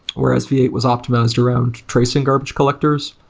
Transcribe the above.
whereas v eight was optimized around tracing garbage collectors.